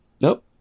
Nope